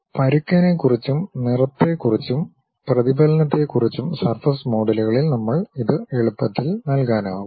പരുക്കനെക്കുറിച്ചും നിറത്തെക്കുറിച്ചും പ്രതിഫലനത്തെക്കുറിച്ചും സർഫസ് മോഡലുകളിൽ നമ്മൾക്ക് ഇത് എളുപ്പത്തിൽ നൽകാനാകും